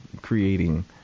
creating